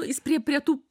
jis prie prie tų